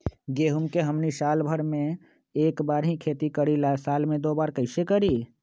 गेंहू के हमनी साल भर मे एक बार ही खेती करीला साल में दो बार कैसे करी?